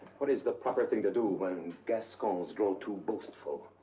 what is the proper thing to do when gascons grow too boastful?